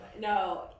no